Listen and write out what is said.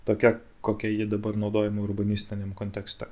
tokia kokia ji dabar naudojama urbanistiniam kontekste